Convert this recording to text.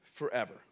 Forever